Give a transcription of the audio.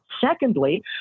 Secondly